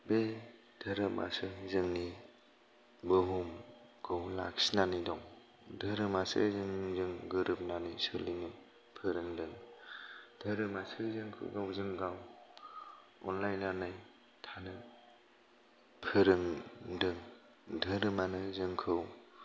बे धोरोमासो जोंनि बुहुमखौ लाखिनानै दं धोरोमासो जोंजों गोरोब नानै सोलिनो फोरोंदों धोरोमासो जोंखौ गावजोंगाव अनलाय नानै थानो फोरोंदों धोरोमानो जोंखौ